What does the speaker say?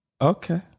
Okay